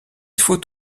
faut